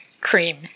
cream